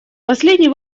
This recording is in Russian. последний